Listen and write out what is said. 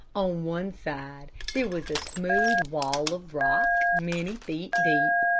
on one side there was a smooth wall of rock, many feet deep.